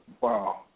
Wow